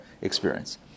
experience